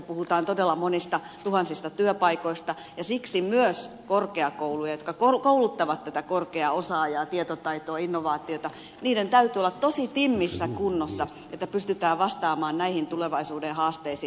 puhutaan todella monista tuhansista työpaikoista ja siksi myös korkeakoulujen jotka kouluttavat tätä korkeaa osaajaa tietotaitoa innovaatiota täytyy olla tosi timmissä kunnossa että pystytään vastaamaan näihin tulevaisuuden haasteisiin